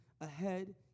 ahead